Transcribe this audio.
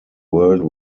world